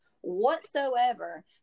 whatsoever